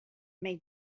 made